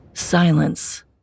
silence